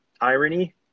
irony